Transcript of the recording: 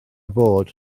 bod